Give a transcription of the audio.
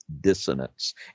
dissonance